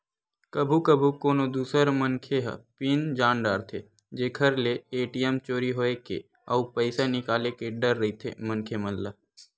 कभू कभू कोनो दूसर मनखे ह पिन जान डारथे जेखर ले ए.टी.एम चोरी होए के अउ पइसा निकाले के डर रहिथे मनखे मन ल